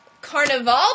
carnival